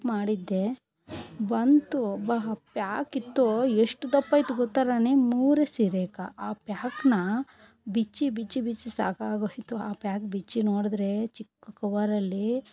book ಮಾಡಿದ್ದೆ ಬಂತು ಪ್ಯಾಕಿತ್ತು ಎಷ್ಟು ದಪ್ಪ ಇತ್ತು ಗೊತ್ತಾ ರಾಣಿ ಮೂರು ಸೀರೆಗಾ ಆ ಪ್ಯಾಕ್ನಾ ಬಿಚ್ಚಿ ಬಿಚ್ಚಿ ಬಿಚ್ಚಿ ಸಾಕಾಗೋಯಿತು ಆ ಪ್ಯಾಕ್ ಬಿಚ್ಚಿ ನೋಡಿದ್ರೆ ಚಿಕ್ಕ ಕವರಲ್ಲಿ